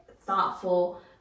thoughtful